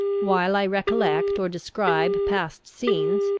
while i recollect or describe past scenes,